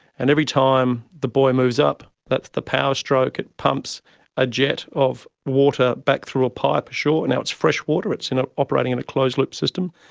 and every time the buoy moves up, that's the power stroke, it pumps a jet of water back through a pipe ashore. and it's fresh water, it's you know operating in a closed loop system.